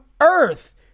earth